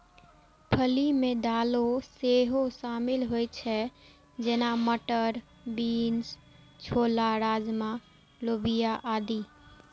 फली मे दालि सेहो शामिल होइ छै, जेना, मटर, बीन्स, छोला, राजमा, लोबिया आदि